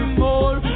more